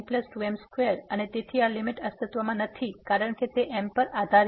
m12m2 અને તેથી આ લીમીટ અસ્તિત્વમાં નથી કારણ કે તે m પર આધારીત છે